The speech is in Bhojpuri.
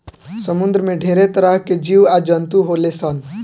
समुंद्र में ढेरे तरह के जीव आ जंतु होले सन